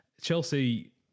Chelsea